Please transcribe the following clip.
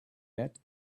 bat